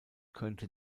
könnte